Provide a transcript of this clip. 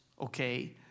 okay